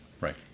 Right